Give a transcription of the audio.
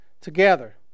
together